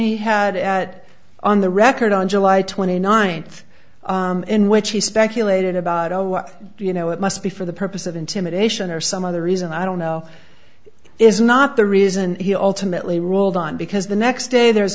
he had at on the record on july twenty ninth in which he speculated about oh well you know it must be for the purpose of intimidation or some other reason i don't know is not the reason he ultimately ruled on because the next day there's